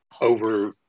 over